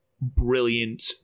brilliant